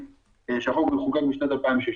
בייחוד בשימוש --- למשל,